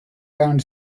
round